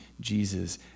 Jesus